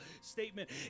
statement